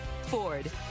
Ford